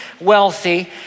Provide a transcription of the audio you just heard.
wealthy